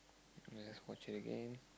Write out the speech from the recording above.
let's watch it again